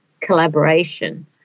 collaboration